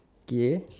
K